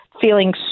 feeling